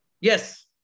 Yes